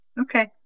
Okay